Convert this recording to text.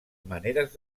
maneres